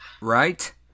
Right